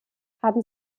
haben